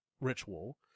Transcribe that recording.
ritual